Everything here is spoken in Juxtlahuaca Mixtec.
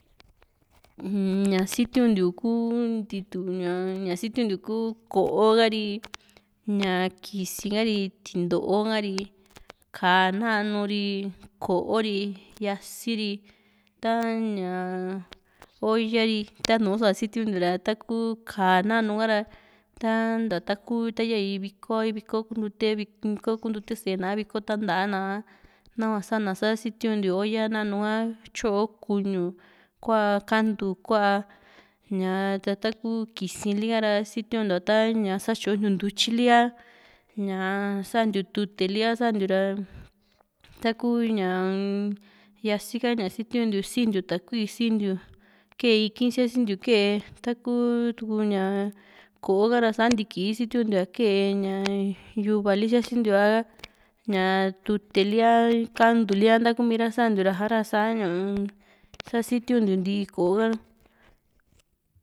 un ña sitiuntiu ku ntitu ña ña sitiuntiu kuu ko´o ha´ri, ña kisi ha´ri, tinto´o ha´ri kàa nanu ri ko´o ri, yasi´n ri ta´ña olla ri tanu sua sitiuntiu ra taku kàa nanu a´ra ta nta taku yaa viko a viko kuntute na´a a viko ntanta na a naña sa´na sa sitiuntiu olla nanu ha tyoo kuñu kua kantu kua ña ta taku kisili a´ra sitiuntiu ta ña satyontiy ntutyi li a ña santiu tute li´a santiu ra taku yasi´n ha ña sitiuntiu si´i ntiu takui sintiu kee ikì´in siasintiu kee taku tu´ña ko´o ha ra sinti kii sitiuntiua kee ña yuva li siasintiu a ña tute li a kantu li a ntakumi ra santiu ra sa´ra sa unn sa sitiuntiu ntii ko´o a.